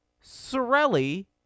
Sorelli